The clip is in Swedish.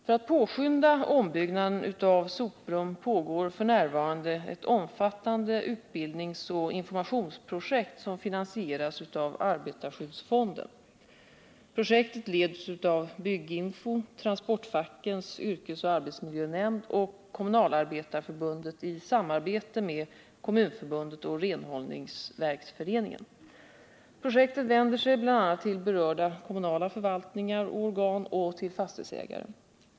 För att påskynda ombyggnaden av soprum pågår f.n. ett omfattande utbildningsoch informationsprojekt som finansieras av arbetarskyddsfonden. Projektet leds av Bygginfo, Transportfackens yrkesoch arbetsmiljönämnd och Kommunalarbetareförbundet i samarbete med Kommunförbundet och Renhållningsverksföreningen. Projektet vänder sig bl.a. till berörda kommunala förvaltningar och organ samt till fastighetsägare.